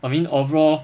I mean overall